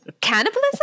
cannibalism